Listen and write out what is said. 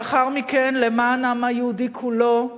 לאחר מכן, למען העם היהודי כולו,